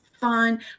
fun